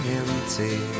empty